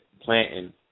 planting